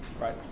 Right